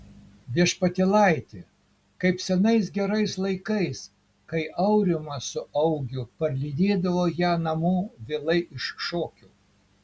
viešpatėlaiti kaip senais gerais laikais kai aurimas su augiu parlydėdavo ją namo vėlai iš šokių